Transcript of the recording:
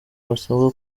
basabwa